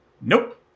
Nope